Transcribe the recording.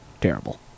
terrible